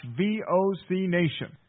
vocnation